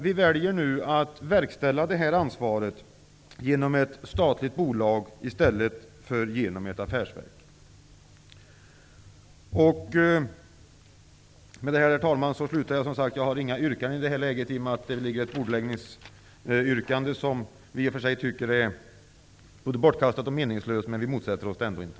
Vi väljer nu att verkställa detta ansvar genom ett statligt bolag i stället för genom ett affärsverk. Jag har som sagt på grund av det bordläggningsyrkande som framställts inga yrkanden i detta läge. Vi tycker att detta yrkande både är bortkastat och meningslöst, men vi motsätter oss det ändå inte.